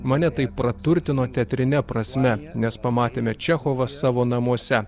mane tai praturtino teatrine prasme nes pamatėme čechovą savo namuose